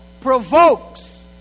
provokes